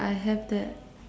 ya I have that